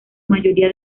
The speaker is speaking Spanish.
mayoría